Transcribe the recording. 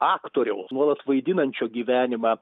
aktoriaus nuolat vaidinančio gyvenimą